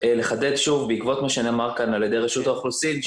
לחדד שוב בעקבות מה שנאמר כאן על ידי רשות האוכלוסין,